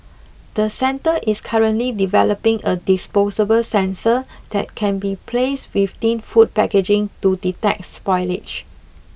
the centre is currently developing a disposable sensor that can be placed within food packaging to detect spoilage